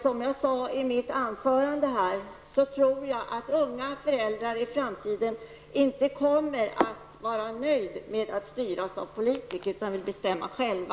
Som jag sade i mitt anförande tror jag inte att unga föräldrar i framtiden kommer vara nöjda med att styras av politiker. De kommer att vilja bestämma själva.